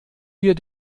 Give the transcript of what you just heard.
wir